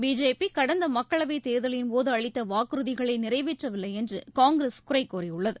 BJP கடந்த மக்களவைத் தேர்தலின் போது அளித்த வாக்குறுதிகளை நிறைவேற்றவில்லை என்று காங்கிரஸ் குறை கூறியுள்ளது